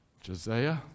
Josiah